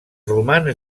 romans